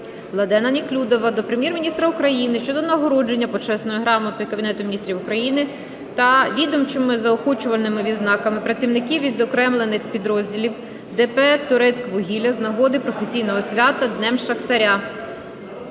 Владлена Неклюдова до Прем'єр-міністра України щодо нагородження Почесною грамотою Кабінету Міністрів України та відомчими заохочувальними відзнаками працівників відокремлених підрозділів ДП "ТОРЕЦЬКВУГІЛЛЯ" з нагоди професійного свята – Днем шахтаря.